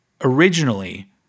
originally